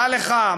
דע לך,